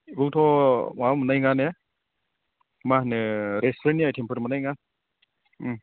बेयावथ' माबा मोन्नाय नङा ने मा होनो रेस्तुरेन्टनि आइटेमफोर मोन्नाय नङा